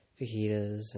fajitas